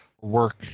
work